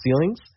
ceilings